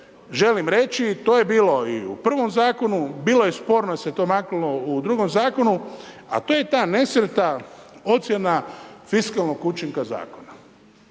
želim reći, to je bilo i u prvom Zakonu, bilo je sporno al se to maknulo u drugom Zakonu, a to je ta nesretna ocjena fiskalnog učinka Zakona.